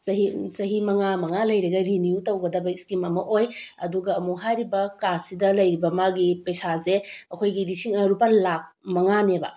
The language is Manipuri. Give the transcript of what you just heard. ꯆꯍꯤ ꯃꯉꯥ ꯃꯉꯥ ꯂꯩꯔꯒꯗꯤ ꯔꯤꯅ꯭ꯌꯨ ꯇꯩꯒꯗꯕ ꯏꯁꯀꯤꯝ ꯑꯃ ꯑꯣꯏ ꯑꯗꯨꯒ ꯑꯃꯨꯛ ꯍꯥꯏꯔꯤꯕ ꯀꯥꯔꯠꯁꯤꯗ ꯂꯩꯔꯤꯕ ꯃꯥꯒꯤ ꯄꯩꯁꯥꯁꯦ ꯑꯩꯈꯣꯏꯒꯤ ꯂꯨꯄꯥ ꯂꯥꯛ ꯃꯉꯥꯅꯦꯕ